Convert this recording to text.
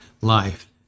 life